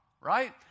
right